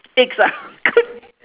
eggs ah